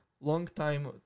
long-time